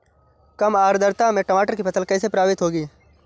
कम आर्द्रता में टमाटर की फसल कैसे प्रभावित होगी?